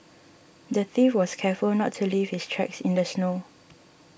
the thief was careful not to leave his tracks in the snow